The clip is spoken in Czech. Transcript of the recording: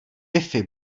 wifi